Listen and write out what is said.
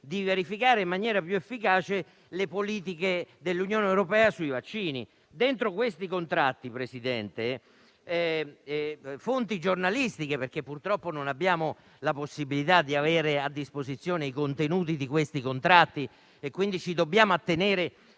di verificare in maniera più efficace le politiche dell'Unione sui vaccini. Dentro questi contratti, Presidente, secondo fonti giornalistiche, perché purtroppo non abbiamo a disposizione i contenuti di questi contratti e quindi ci dobbiamo attenere